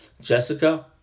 Jessica